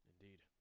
Indeed